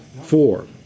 Four